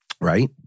right